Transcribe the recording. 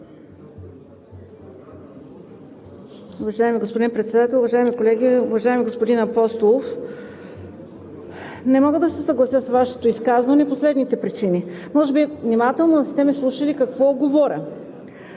Уважаеми господин Председател, уважаеми колеги! Уважаеми господин Апостолов, не мога да се съглася с Вашето изказване по следните причини. Може би не сте ме слушали внимателно какво говоря.